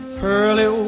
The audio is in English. pearly